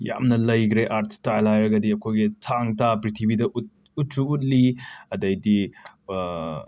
ꯌꯥꯝꯅ ꯂꯩꯈ꯭ꯔꯦ art style ꯍꯥꯏꯔꯒꯗꯤ ꯑꯩꯈꯣꯏꯒꯤ ꯊꯥꯡꯇꯥ ꯄ꯭ꯔꯤꯊꯤꯕꯤꯗ ꯎꯠꯁꯨ ꯎꯠꯂꯤ ꯑꯗꯩꯗꯤ